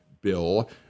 bill